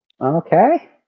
Okay